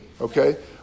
Okay